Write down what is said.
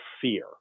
fear